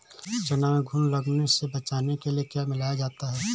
चना में घुन लगने से बचाने के लिए क्या मिलाया जाता है?